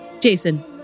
Jason